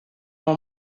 oma